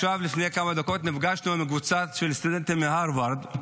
לפני כמה דקות נפגשנו עם קבוצה של סטודנטים מהרווארד,